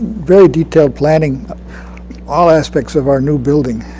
very detailed planning all aspects of our new building.